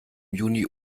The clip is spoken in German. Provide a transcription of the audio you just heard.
juni